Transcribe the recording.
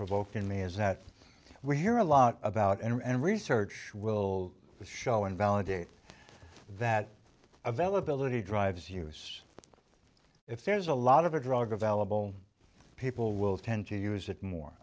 provoked in me is that we hear a lot about and research will show invalidate that availability drives us if there's a lot of a drug available people will tend to use it more